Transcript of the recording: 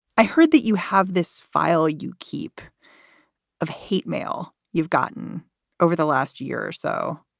i heard that you have this file you keep of hate mail. you've gotten over the last year or so.